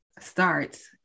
starts